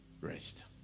rest